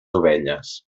dovelles